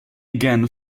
again